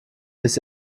bis